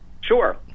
Sure